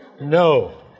No